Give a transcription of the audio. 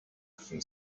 from